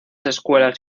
escuelas